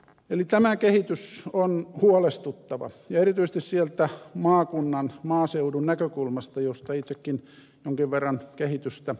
eli tämä kehitys on huolestuttava ja erityisesti sieltä maakunnan maaseudun näkökulmasta josta itsekin jonkin verran kehitystä seurailen